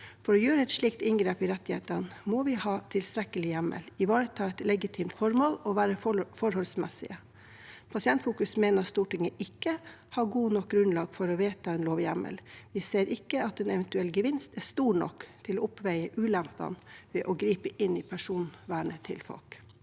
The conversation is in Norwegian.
for å gjøre et slikt inngrep i rettighetene må vi ha tilstrekkelig hjemmel og ivareta et legitimt formål, og det må være forholdsmessig. Pasientfokus mener at Stortinget ikke har godt nok grunnlag for å vedta en lovhjemmel. Vi ser ikke at en eventuell gevinst er stor nok til å oppveie ulempene ved å gripe inn i personvernet til folk.